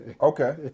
Okay